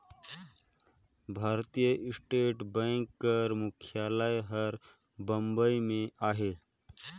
भारतीय state bank कर मुख्यालय हर बंबई में अहे